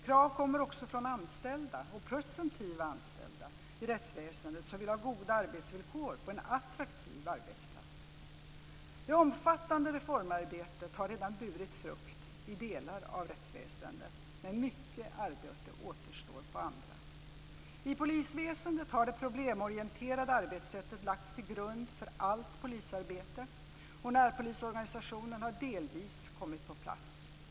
Krav kommer också från anställda, och presumtiva anställda, i rättsväsendet som vill ha goda arbetsvillkor på en attraktiv arbetsplats. Det omfattande reformarbetet har redan burit frukt i delar av rättsväsendet, men mycket arbete återstår i andra. I polisväsendet har det problemorienterade arbetssättet lagts till grund för allt polisarbete, och närpolisorganisationen har delvis kommit på plats.